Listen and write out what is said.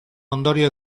ondorio